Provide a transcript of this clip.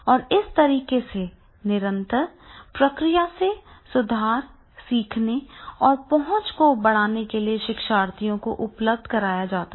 और इस तरीके की निरंतर प्रक्रिया से सुधार सीखने और पहुँच को बढ़ाने के लिए शिक्षार्थियों को उपलब्ध कराया जाता है